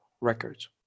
records